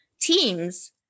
teams